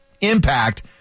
impact